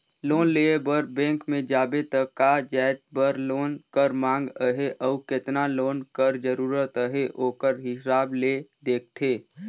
loan लेय बर bank में जाबे त का जाएत बर लोन कर मांग अहे अउ केतना लोन कर जरूरत अहे ओकर हिसाब ले देखथे